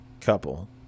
couple